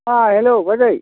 अ हेल' बाजै